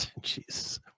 Jesus